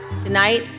Tonight